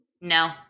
no